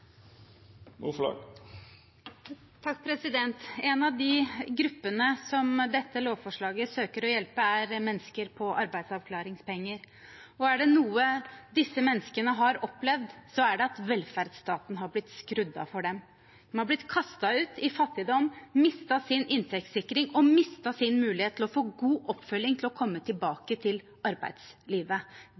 En av de gruppene dette lovforslaget søker å hjelpe, er mennesker på arbeidsavklaringspenger. Er det noe disse menneskene har opplevd, er det at velferdsstaten har blitt skrudd av for dem. De har blitt kastet ut i fattigdom, mistet sin inntektssikring og mistet sin mulighet til å få god oppfølging for å komme tilbake i arbeidslivet.